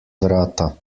vrata